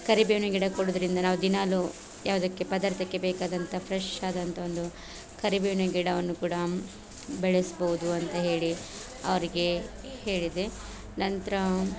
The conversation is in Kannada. ಕರಿಬೇವಿನ ಗಿಡ ಕೊಡುವುದ್ರಿಂದ ನಾವು ದಿನಾಲು ಯಾವುದಕ್ಕೆ ಪದಾರ್ಥಕ್ಕೆ ಬೇಕಾದಂಥ ಫ್ರೆಶ್ ಆದಂಥ ಒಂದು ಕರಿಬೇವಿನ ಗಿಡವನ್ನು ಕೂಡ ಬೆಳೆಸ್ಬೋದು ಅಂತ ಹೇಳಿ ಅವರಿಗೆ ಹೇಳಿದೆ ನಂತರ